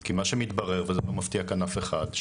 כי מה שמתברר וזה לא מפתיע כאן אף אחד,